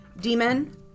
demon